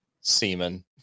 semen